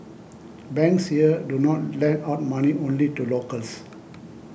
banks here do not lend out money only to locals